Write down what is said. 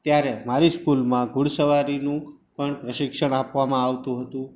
ત્યારે મારી સ્કૂલમાં ઘોડેસવારીનું પણ શિક્ષણ આપવામાં આવતું હતું